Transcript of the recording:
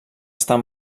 estar